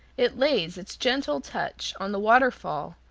it lays its gentle touch on the waterfall,